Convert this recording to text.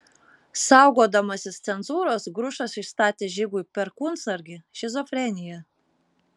saugodamasis cenzūros grušas išstatė žigui perkūnsargį šizofreniją